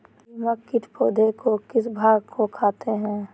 दीमक किट पौधे के किस भाग को खाते हैं?